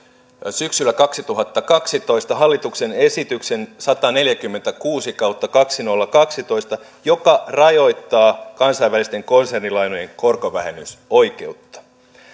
syksyllä kaksituhattakaksitoista hallituksen esityksen sataneljäkymmentäkuusi kautta kaksituhattakaksitoista joka rajoittaa kansainvälisten konsernilainojen korkovähennysoikeutta